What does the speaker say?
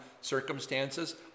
circumstances